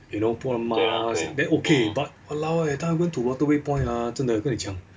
you know put on mask then okay but !walao! eh 带他们 to waterway point ah 真的跟你讲